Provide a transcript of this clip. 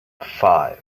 five